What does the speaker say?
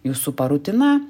jus supa rutina